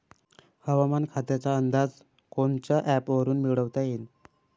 हवामान खात्याचा अंदाज कोनच्या ॲपवरुन मिळवता येईन?